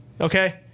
okay